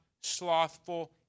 slothful